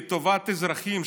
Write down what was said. לטובת האזרחים,